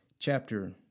chapter